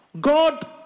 God